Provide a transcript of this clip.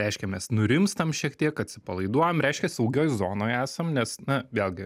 reiškia mes nurimstam šiek tiek atsipalaiduojam reiškia saugioj zonoj esam nes na vėlgi